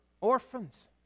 orphans